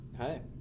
Hi